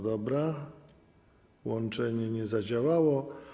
Dobrze, łączenie nie zadziałało.